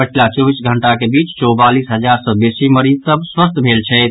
पछिला चौबीस घंटाक बीच चौवालीस हजार सँ बेसी मरीज स्वस्थ भेल छथि